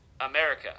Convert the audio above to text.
America